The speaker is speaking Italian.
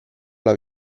alla